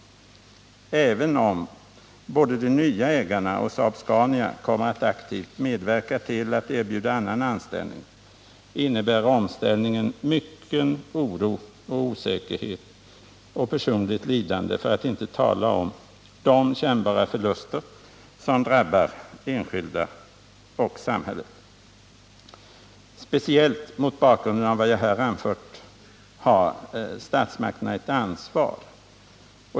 Även om både de nya ägarna och Saab-Scania kommer att aktivt medverka till att erbjuda annan anställning innebär omställningen mycken oro, osäkerhet och personligt lidande, för att inte tala om de kännbara ekonomiska förluster som drabbar både enskilda och samhället. Speciellt mot bakgrund av vad jag här har anfört har statsmakterna ett ansvar.